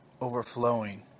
overflowing